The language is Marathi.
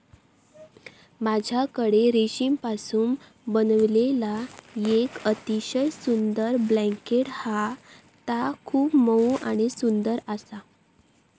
माझ्याकडे रेशीमपासून बनविलेला येक अतिशय सुंदर ब्लँकेट हा ता खूप मऊ आणि सुंदर आसा